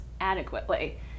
adequately